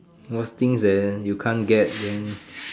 worse thing is that you can't get then